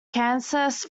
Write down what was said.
kansas